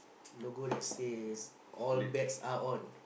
logo that says all best out on